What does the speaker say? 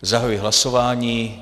Zahajuji hlasování.